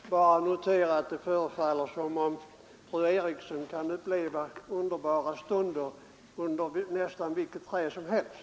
Fru talman! Jag vill bara notera att det förefaller som om fru Eriksson i Stockholm kan uppleva underbara stunder under nästan vilket träd som helst.